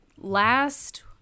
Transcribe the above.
last